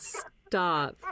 stop